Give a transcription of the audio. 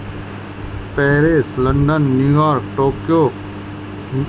Paris London New York Tokyo